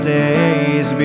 days